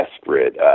desperate